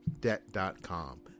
Debt.com